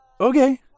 Okay